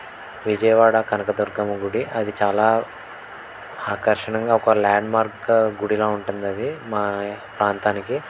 విజయవాడ కనక దుర్గమ్మ గుడి అది చాలా ఆకర్షణగా ఒక ల్యాండ్మార్క్ గుడిగా ఉంటుందది మా ప్రాంతానికి